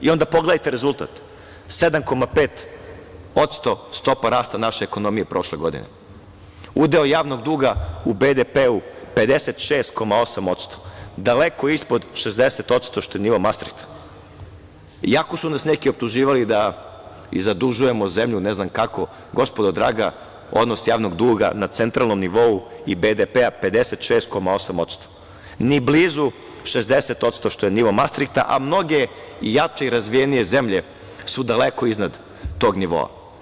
I, onda pogledajte rezultat, 7,5% stopa rasta naše ekonomije prošle godine, udeo javnog duga u BDP-u 56,8% daleko ispod 60% što je nivo Mastrihta i ako su nas neki optuživali da i zadužujemo zemlju, ne znam kako, gospodo draga, odnos javnog duga na centralnom nivou i BDP 56,8% ni blizu 60% što je nivo Mastrihta, a mnoge jače i razvijenije zemlje su daleko iznad tog nivoa.